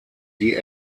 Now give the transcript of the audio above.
die